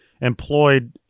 employed